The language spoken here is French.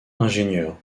ingénieur